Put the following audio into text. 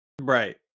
Right